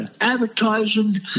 advertising